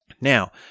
Now